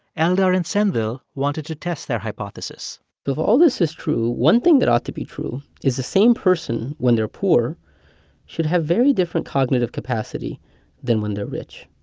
eldar and sendhil wanted to test their hypothesis if all this is true, one thing that ought to be true is the same person when they're poor should have very different cognitive capacity than when they're rich.